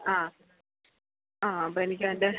ആ ആ അപ്പോള് എനിക്കതിൻ്റെ